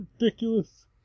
ridiculous